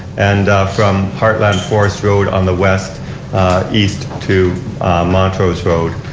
and from heartland forrest road on the west east to montrose road.